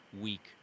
week